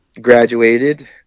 graduated